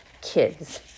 Kids